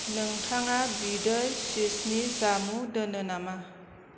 नोंथाङा बिदै चीजनि जामु दोनो नामा